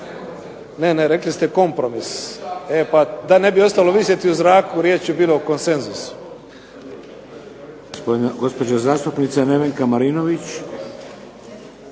Ne, ne. Rekli ste kompromis. E pa da ne bi ostalo visjeti u zraku. Riječ je bilo o konsenzusu.